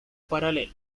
paralela